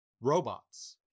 robots